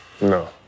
No